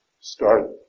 start